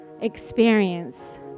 experience